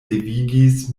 devigis